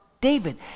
David